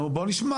נו, בוא נשמע?